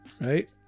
right